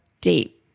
date